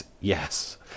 Yes